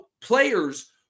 players